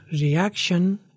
reaction